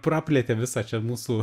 praplėtė visą čia mūsų